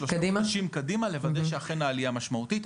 שלושה חודשים קדימה כדי לוודא שאכן העלייה משמעותית.